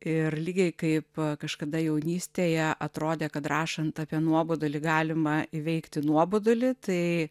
ir lygiai kaip kažkada jaunystėje atrodė kad rašant apie nuobodulį galima įveikti nuobodulį tai